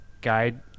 guide